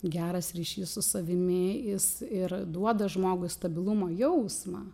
geras ryšys su savimi jis ir duoda žmogui stabilumo jausmą